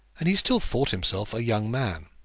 and he still thought himself a young man.